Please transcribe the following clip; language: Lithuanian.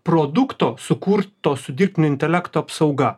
produkto sukurto su dirbtinio intelekto apsauga